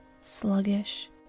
sluggish